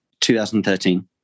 2013